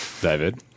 David